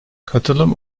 katılım